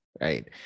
right